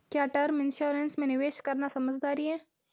क्या term insurance में निवेश करना समझदारी है?